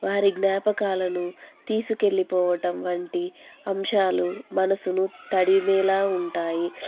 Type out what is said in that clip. వారి జ్ఞాపకాలను తీసుకెళ్ళలిపోవడం వంటి అంశాలు మనసును తడిమేలా ఉంటాయి